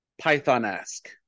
python-esque